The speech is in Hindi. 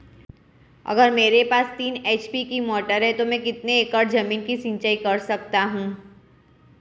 अगर मेरे पास तीन एच.पी की मोटर है तो मैं कितने एकड़ ज़मीन की सिंचाई कर सकता हूँ?